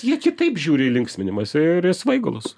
jie kitaip žiūri į linksminimąsi ir į svaigalus